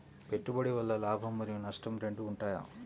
పెట్టుబడి వల్ల లాభం మరియు నష్టం రెండు ఉంటాయా?